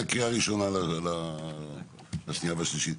הקריאה הראשונה לבין השנייה והשלישית.